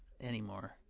anymore